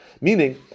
Meaning